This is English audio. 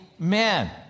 Amen